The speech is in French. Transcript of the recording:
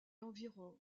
environ